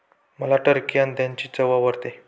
मला टर्की अंड्यांची चव आवडते